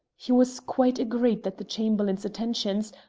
he was quite agreed that the chamberlain's attentions,